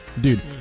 Dude